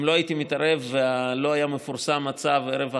אם לא הייתי מתערב ולא היה מפורסם הצו ערב החג,